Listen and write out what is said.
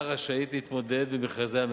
אינה רשאית להתמודד במכרזי הממשלה.